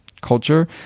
culture